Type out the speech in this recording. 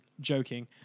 joking